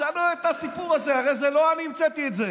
תשאלו על הסיפור הזה, הרי לא אני המצאתי את זה,